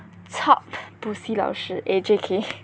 top 补习老师 eh J_K